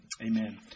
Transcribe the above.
Amen